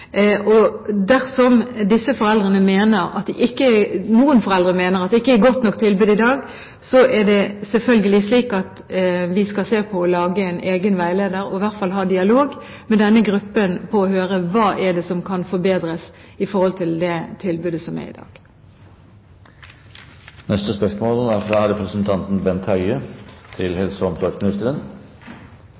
Dersom noen av foreldrene mener at det ikke er et godt nok tilbud i dag, er det selvfølgelig slik at vi skal se på det og lage en egen veileder, og i hvert fall ha dialog med denne gruppen for å høre hva det er som kan forbedres i forhold til det tilbudet som er i